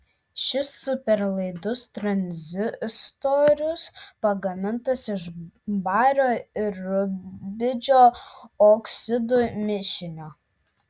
šis superlaidus tranzistorius pagamintas iš bario ir rubidžio oksidų mišinio